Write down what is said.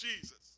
Jesus